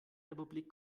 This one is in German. republik